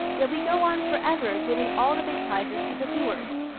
yet we go on forever giving all the big prizes to the doers.